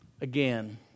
Again